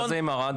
מה זה עם ערד?